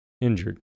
Injured